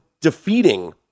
defeating